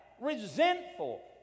resentful